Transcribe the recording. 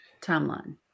timeline